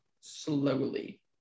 slowly